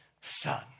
son